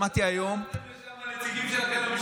שמעתי היום, למה שלחתם לשם נציגים שלכם?